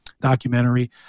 documentary